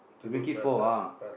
we make it four ah